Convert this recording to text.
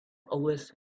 always